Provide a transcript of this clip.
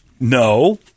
No